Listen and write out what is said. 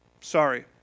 sorry